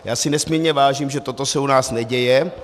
Já si nesmírně vážím, že toto se u nás neděje.